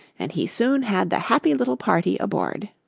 and he soon had the happy little party aboard.